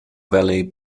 valley